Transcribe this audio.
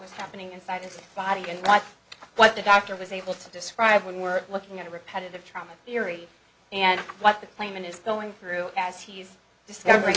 was happening inside his body and not what the doctor was able to describe when we're looking at a repetitive trauma theory and what the claimant is going through as he's discovering